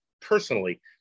personally